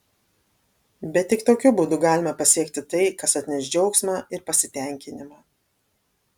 bet tik tokiu būdu galima pasiekti tai kas atneš džiaugsmą ir pasitenkinimą